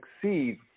succeed